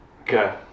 Okay